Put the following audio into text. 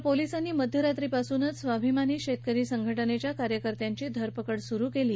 मात्र पोलिसांनी मध्यरात्रीपासूनच स्वाभिमानी शेतकरी संघटनेच्या कार्यकर्त्यांची धरपकड सुरू केली